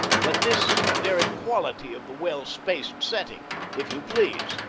but this very quality of the well spaced setting, if you please,